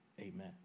Amen